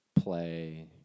play